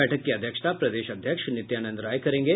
बैठक की अध्यक्षता प्रदेश अध्यक्ष नित्यानंद राय करेंगे